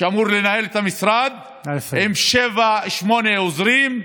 שאמור לנהל את המשרד, עם שבעה-שמונה עוזרים,